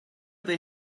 they